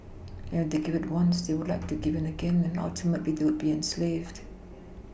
and if they give in once they would have to give in again and ultimately they would be enslaved